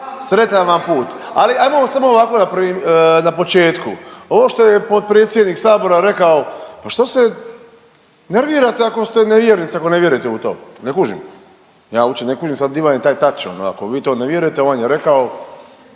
sretan vam put. Ali ajmo smo ovako … na početku, ovo što je potpredsjednik Sabora rekao, pa šta se nervirate ako ste nevjernica ako ne vjerujete u to, ne kužim ja uopće ne kužim sad di vam je taj … ako vi to ne vjerujete, a on je rekao